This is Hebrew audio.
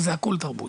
וזה הכל תרבות.